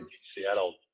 Seattle